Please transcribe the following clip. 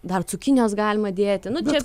dar cukinijos galima dėti nu čia